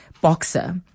boxer